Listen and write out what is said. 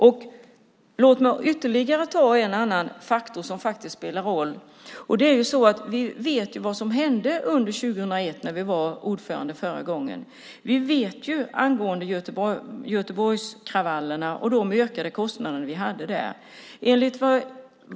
Låt mig ta ytterligare en annan faktor som spelar roll. Vi vet vad som hände år 2001 när vi var ordförande förra gången angående Göteborgskravallerna och de ökade kostnader vi hade där.